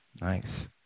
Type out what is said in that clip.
Nice